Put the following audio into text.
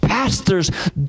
Pastors